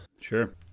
Sure